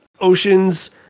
Oceans